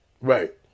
Right